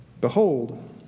Behold